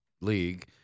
league